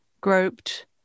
groped